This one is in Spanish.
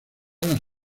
las